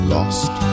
Lost